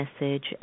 message